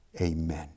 amen